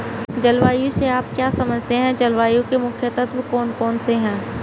जलवायु से आप क्या समझते हैं जलवायु के मुख्य तत्व कौन कौन से हैं?